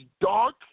dark